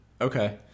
okay